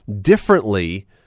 differently